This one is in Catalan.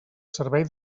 servei